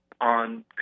on